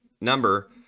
number